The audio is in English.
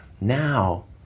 Now